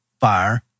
fire